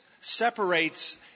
separates